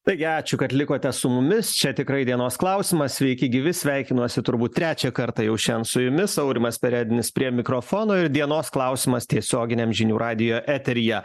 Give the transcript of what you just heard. taigi ačiū kad likote su mumis čia tikrai dienos klausimas sveiki gyvi sveikinuosi turbūt trečią kartą jau šiandien su jumis aurimas perednis prie mikrofono ir dienos klausimas tiesioginiam žinių radijo eteryje